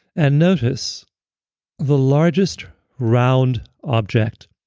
and notice the largest round object